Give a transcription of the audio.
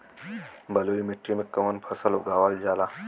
बलुई मिट्टी में कवन फसल उगावल जाला?